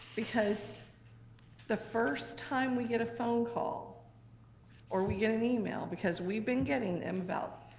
because the first time we get a phone call or we get an email, because we've been getting them about